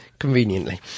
Conveniently